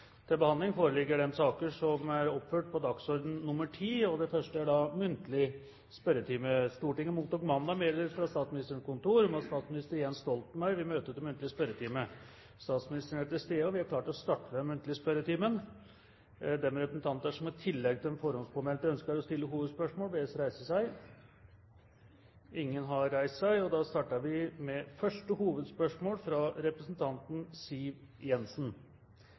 Stortinget mottok mandag meddelelse fra Statsministerens kontor om at statsminister Jens Stoltenberg vil møte til muntlig spørretime. Statsministeren er til stede, og vi er klare til å starte den muntlige spørretimen. De representanter som i tillegg til de forhåndspåmeldte ønsker å stille hovedspørsmål, bes om å reise seg. – Ingen har reist seg. Vi starter da med første hovedspørsmål, fra representanten Siv Jensen.